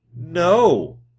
No